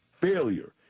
Failure